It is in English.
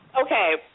Okay